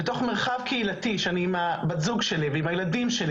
בתוך מרחב קהילתי כשאני עם בת הזוג שלי ועם הילדים שלי